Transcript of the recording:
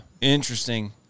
Interesting